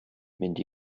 mynd